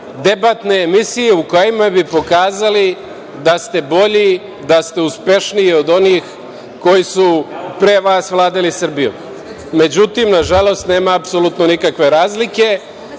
debatne emisije u kojima bi pokazali da ste bolji, da ste uspešniji od onih koji su pre vas vladali Srbijom. Međutim, nažalost nema apsolutno nikakve razlike. Ovo